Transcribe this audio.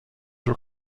were